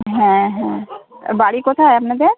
হ্যাঁ হ্যাঁ আর বাড়ি কোথায় আপনাদের